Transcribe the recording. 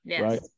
Right